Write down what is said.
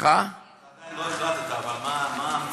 עדיין לא החלטת, אבל מה המבחן?